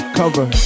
cover